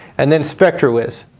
and then spectrawiz.